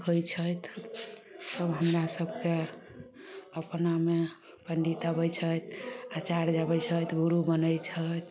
होइ छथि सभ हमरा सभके अपनामे पण्डित अबय छथि अचार्य अबय छथि गुरू बनय छथि